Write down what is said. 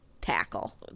tackle